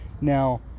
Now